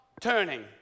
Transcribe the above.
turning